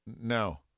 No